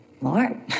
Lord